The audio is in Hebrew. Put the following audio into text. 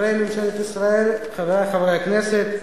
חברי ממשלת ישראל, חברי חברי הכנסת,